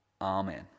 amen